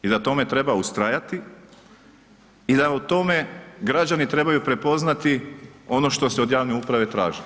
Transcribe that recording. I da tome treba ustrajati i da u tome građani trebaju prepoznati ono što se od javne uprave traži.